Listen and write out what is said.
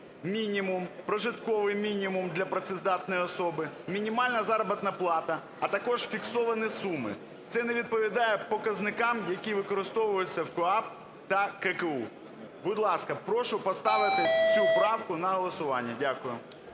мінімум, прожитковий мінімум для працездатної особи, мінімальна заробітна плата, а також фіксовані суми. Це не відповідає показникам, які використовуються в КУпАП та ККУ. Будь ласка, прошу поставити цю правку на голосування. Дякую.